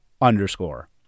underscore